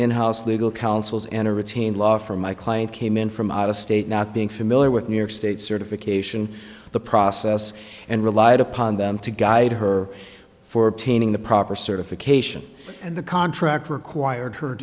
in house legal counsels in a routine law for my client came in from out of state not being familiar with new york state certification the process and relied upon them to guide her for painting the proper certification and the contract required h